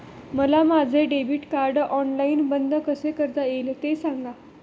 मला माझे debit card online बंद कसे करता येईल, ते सांगा